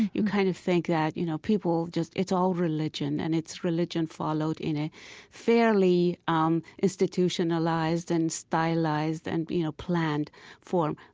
you kind of think that, you know, people just it's all religion, and it's religion followed in a fairly um institutionalized and stylized and, you know, planned form.